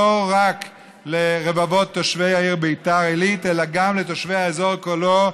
רק לרבבות תושבי העיר בית"ר עילית אלא גם לתושבי האזור כולו,